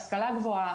השכלה גבוהה,